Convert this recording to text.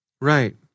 Right